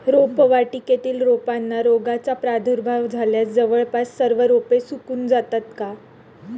रोपवाटिकेतील रोपांना रोगाचा प्रादुर्भाव झाल्यास जवळपास सर्व रोपे सुकून जातात का?